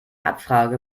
abfrage